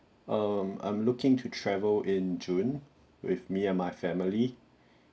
um I'm looking to travel in june with me and my family